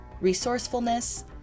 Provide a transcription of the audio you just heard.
resourcefulness